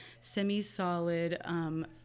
semi-solid